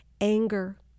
anger